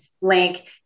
link